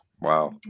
Wow